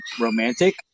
romantic